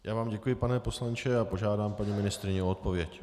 Já vám děkuji, pane poslanče, a požádám paní ministryni o odpověď.